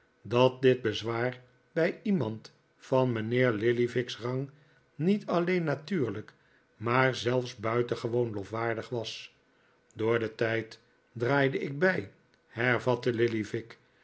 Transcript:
dat dit bezwaar bij iemand van mijnheer lillyvick's rang niet alleen natuurlijk maar zelfs buitengewoon lofwaardig was door den tijd draaide ik bij hervatte lilly